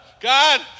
God